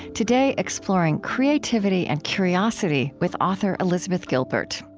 today, exploring creativity and curiosity with author elizabeth gilbert